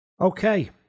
Okay